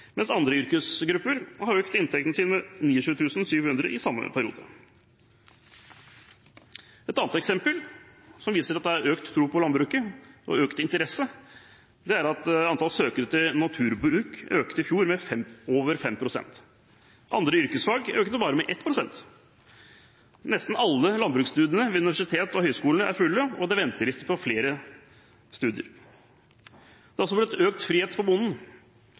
mens andre yrkesgrupper har økt inntekten sin med 29 700 kr i samme periode. Et annet eksempel som viser at det er økt tro på landbruket, og økt interesse, er at antall søkere til naturbruk i fjor økte med over 5 pst. Andre yrkesfag økte bare med 1 pst. Nesten alle landbruksstudiene ved universitetene og høyskolene er fulle, og det er venteliste på flere studier. Det har også blitt økt frihet for bonden.